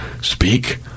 Speak